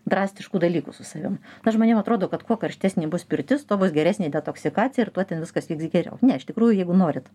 drastiškų dalykų su savim na žmonėm atrodo kad kuo karštesnė bus pirtis tuo bus geresnė detoksikacija ir tuo ten viskas vyks geriau ne iš tikrųjų jeigu norit